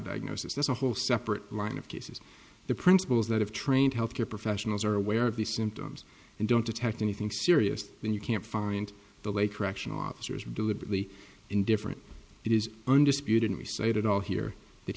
diagnosis that's a whole separate line of cases the principles that have trained health care professionals are aware of the symptoms and don't detect anything serious when you can't find the lake correctional officers were deliberately indifferent it is undisputed and we cited all here that